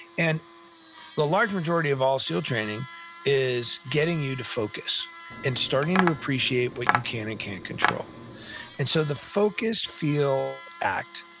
and the large majority of all seal training is getting you to focus and starting to appreciate what you can and can't control and so, the focus, feel, act,